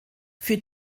für